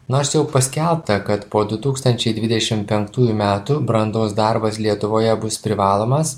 nors jau paskelbta kad po du tūkstančiai dvidešim penktųjų metų brandos darbas lietuvoje bus privalomas